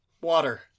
Water